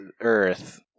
Earth